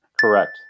Correct